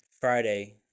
Friday